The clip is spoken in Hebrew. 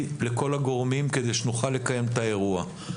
לכל הגורמים כדי שנוכל לקיים את האירוע.